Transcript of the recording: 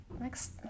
next